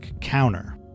counter